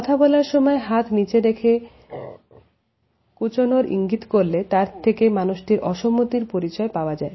কথা বলার সময় হাত নিচে রেখে কুঁচনোর ইঙ্গিত করলে তার থেকে মানুষটির অসম্মতির পরিচয় পাওয়া যায়